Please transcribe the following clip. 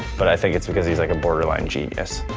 but i think it's cause he's like a borderline genius.